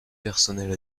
personnels